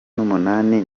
numunani